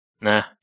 Nah